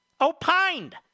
opined